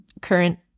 current